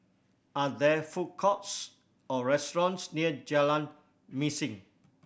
are there food courts or restaurants near Jalan Mesin